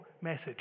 message